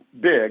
big